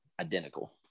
identical